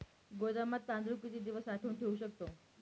गोदामात तांदूळ किती दिवस साठवून ठेवू शकतो?